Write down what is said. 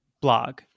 blog